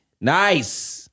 Nice